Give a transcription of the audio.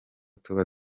tuba